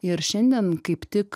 ir šiandien kaip tik